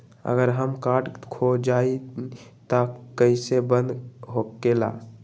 अगर हमर कार्ड खो जाई त इ कईसे बंद होकेला?